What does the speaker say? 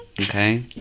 okay